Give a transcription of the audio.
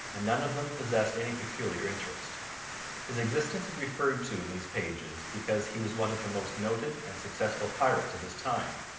and none of them possessed any peculiar interest his existence is referred to in these pages because he was one of the most noted and successful pirates of his time,